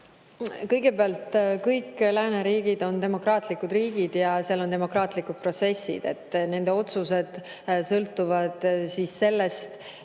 Kõigepealt, kõik lääneriigid on demokraatlikud riigid ja seal on demokraatlikud protsessid. Nende otsused sõltuvad sellest,